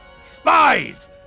Spies